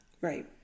right